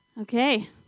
Okay